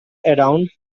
around